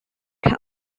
can